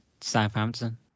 Southampton